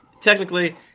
technically